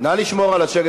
--- נא לשמור על השקט.